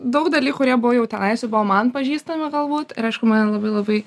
daug dalykų kurie buvo jau tenais jau buvo man pažįstami galbūt ir aišku man labai labai